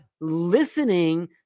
listening